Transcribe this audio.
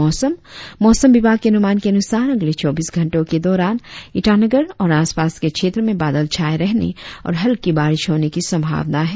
और अब मौसम मौसम विभाग के अनुमान के अनुसार अगले चौबीस घंटो के दौरान ईटानगर और आसपास के क्षेत्रो में बादल छाये रहने और हलकी बारिश होने की संभावना है